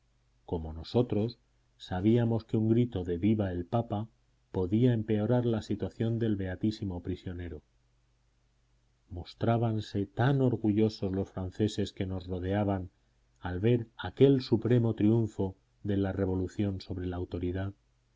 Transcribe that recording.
como nosotros sabíamos que un grito de viva el papa podía empeorar la situación del beatísimo prisionero mostrábanse tan orgullosos los franceses que nos rodeaban al ver aquel supremo triunfo de la revolución sobre la autoridad